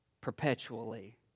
perpetually